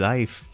Life